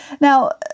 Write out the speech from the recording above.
Now